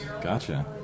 Gotcha